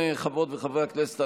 חברות וחברי הכנסת,